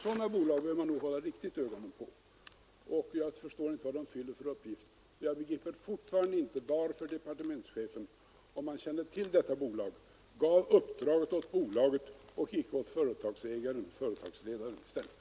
Sådana bolag bör man nog riktigt hålla ögonen på. Jag förstår inte vad de fyller för uppgift, och jag begriper fortfarande inte varför departementschefen, om han kände till detta bolag, gav uppdraget åt bolaget och icke till ägaren-företagsledaren i stället.